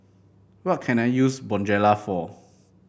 what can I use Bonjela for